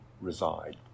reside